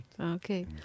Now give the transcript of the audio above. okay